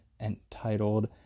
entitled